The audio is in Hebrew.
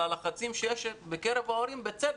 יש גם לחצים על ההורים ובצדק.